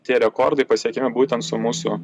tie rekordai pasiekiami būtent su mūsų